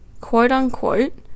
quote-unquote